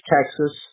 Texas